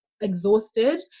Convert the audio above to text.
exhausted